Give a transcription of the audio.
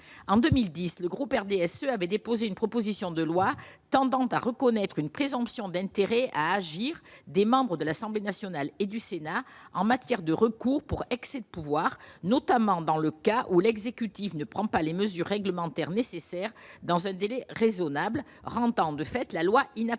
en 2010, le groupe RDSE avait déposé une proposition de loi tendant à reconnaître une présomption d'intérêt à agir, des membres de l'Assemblée nationale et du Sénat, en matière de recours pour excès de pouvoir, notamment dans le cas où l'exécutif ne prend pas les mesures réglementaires nécessaires dans un délai raisonnable rampante de fait la loi inapplicable,